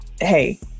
hey